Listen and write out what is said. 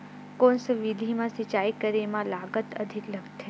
कोन सा विधि म सिंचाई करे म लागत अधिक लगथे?